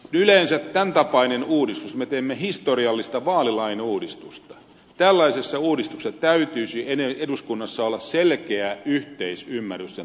yleensä tämän tapaisessa uudistuksessa me teemme historiallista vaalilain uudistusta täytyisi eduskunnassa olla selkeä yhteisymmärrys sen toteuttamiseen